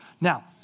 Now